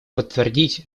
подтвердить